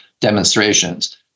demonstrations